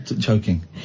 choking